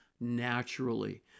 naturally